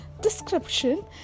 description